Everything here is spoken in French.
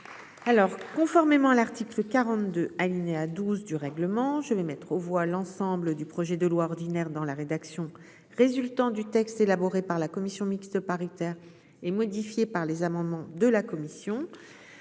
alors. Conformément à l'article 42 alinéa 12 du règlement, je vais mettre aux voix l'ensemble du projet de loi ordinaire dans la rédaction résultant du texte élaboré par la commission mixte paritaire et modifié par les amendements de la commission,